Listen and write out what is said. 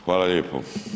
Hvala lijepo.